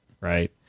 right